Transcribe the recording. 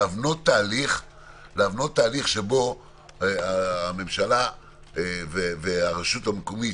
להבנות תהליך שבו הממשלה והרשות המקומית,